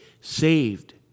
saved